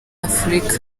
afurika